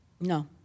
No